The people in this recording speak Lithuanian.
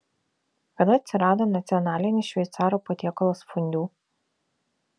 kada atsirado nacionalinis šveicarų patiekalas fondiu